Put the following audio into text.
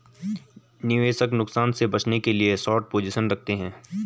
निवेशक नुकसान से बचने के लिए शार्ट पोजीशन रखते है